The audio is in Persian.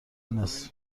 نصف